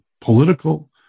political